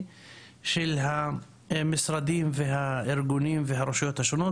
של המשרדים והארגונים והרשויות השונות,